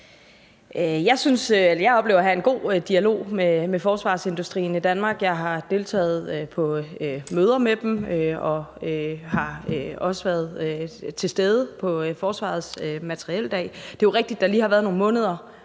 jeg oplever at have en god dialog med forsvarsindustrien i Danmark. Jeg har deltaget på møder med dem og har også været til stede på forsvarets materieldag. Det er jo rigtigt, at der lige har været nogle måneder,